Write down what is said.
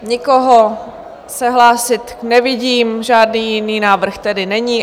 Nikoho se hlásit nevidím, žádný jiný návrh tedy není.